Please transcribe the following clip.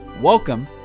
Welcome